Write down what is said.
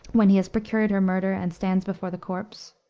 when he has procured her murder and stands before the corpse.